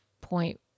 point